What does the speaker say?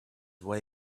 way